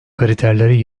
kriterleri